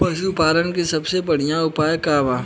पशु पालन के सबसे बढ़ियां उपाय का बा?